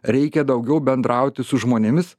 reikia daugiau bendrauti su žmonėmis